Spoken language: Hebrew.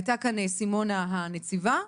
הייתה כאן סימונה הנציבה,